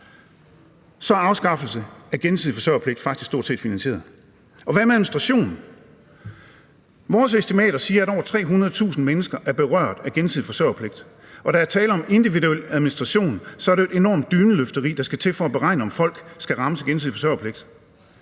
så er afskaffelsen af gensidig forsørgerpligt faktisk stort set finansieret. Kl. 13:32 Så er der det med administrationen. Vores estimater siger, at over 300.000 mennesker er berørt af gensidig forsørgerpligt, og når der er tale om individuel administration, er det jo et enormt dyneløfteri, der skal til for at beregne, om folk skal rammes af gensidig forsørgerpligt.